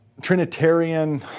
Trinitarian